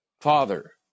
Father